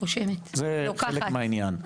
זה חלק מהעניין.